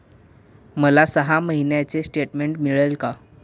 मला सहा महिन्यांचे स्टेटमेंट मिळेल का?